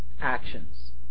actions